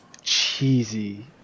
cheesy